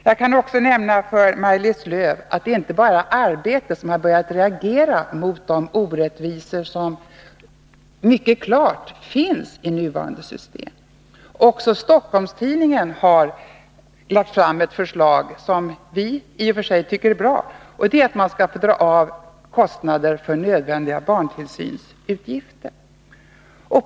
Jag kan också nämna för Maj-Lis Lööw att det inte bara är Arbetet som har börjat reagera mot de orättvisor som mycket klart finns i nuvarande system utan att också Stockholms-Tidningen har lagt fram ett förslag, som vi i och för sig tycker är bra, om att man vid beskattningen skall få dra av kostnader för nödvändiga barntillsynsutgifter.